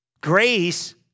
grace